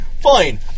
Fine